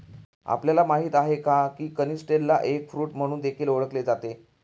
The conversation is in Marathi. आपल्याला माहित आहे का? की कनिस्टेलला एग फ्रूट म्हणून देखील ओळखले जाते